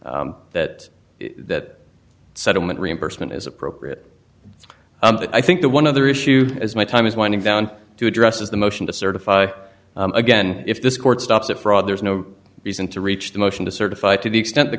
reasons that that settlement reimbursement is appropriate i think the one other issue as my time is winding down to address is the motion to certify again if this court stops that fraud there's no reason to reach the motion to certify to the extent the